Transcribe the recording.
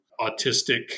autistic